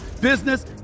business